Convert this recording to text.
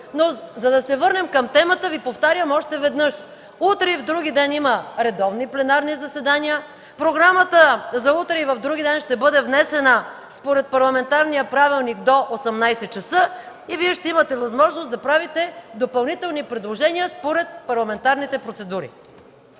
За да се върнем към темата, Ви повтарям още веднъж: утре и вдругиден има редовни пленарни заседания. Програмата за утре и вдругиден ще бъде внесена според парламентарния правилник – до 18,00 ч. и Вие ще имате възможност да правите допълнителни предложения според парламентарните процедури.